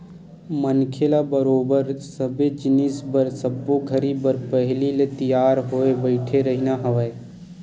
मनखे ल बरोबर सबे जिनिस बर सब्बो घरी बर पहिली ले तियार होय बइठे रहिना हवय